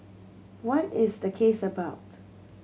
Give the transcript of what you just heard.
what is the case about